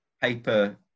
paper